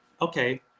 Okay